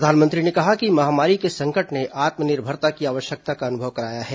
प्रधानमंत्री ने कहा कि महामारी के संकट ने आत्मनिर्भरता की आवश्यकता का अनुभव कराया है